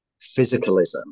physicalism